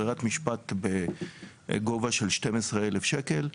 ברירת משפט בגובה של 12,000 שקלים.